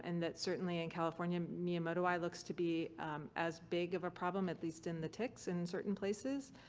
and that certainly in california miyamotoi looks to be as big of a problem, at least in the ticks in certain places.